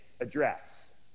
Address